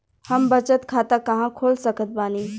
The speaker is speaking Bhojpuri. हम बचत खाता कहां खोल सकत बानी?